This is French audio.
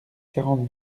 quarante